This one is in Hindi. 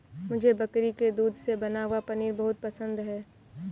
मुझे बकरी के दूध से बना हुआ पनीर बहुत पसंद है